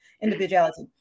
individuality